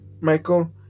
Michael